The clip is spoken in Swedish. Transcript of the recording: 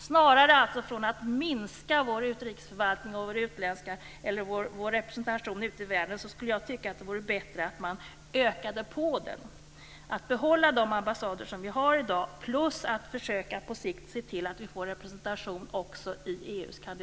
Snarare än att minska vår utrikesförvaltning och vår representation ute i världen skulle jag tycka att det var bättre att man ökade på den, behålla de ambassader vi har i dag och på sikt försöka se till att vi får representation också i